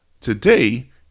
today